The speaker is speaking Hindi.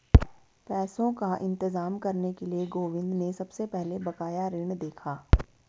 पैसों का इंतजाम करने के लिए गोविंद ने सबसे पहले बकाया ऋण देखा